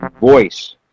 voice